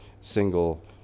single